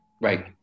right